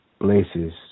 places